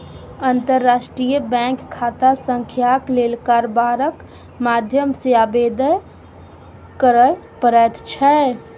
अंतर्राष्ट्रीय बैंक खाता संख्याक लेल कारबारक माध्यम सँ आवेदन करय पड़ैत छै